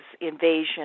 invasion